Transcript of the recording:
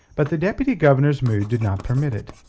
but the deputy-governor's mood did not permit it.